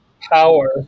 Power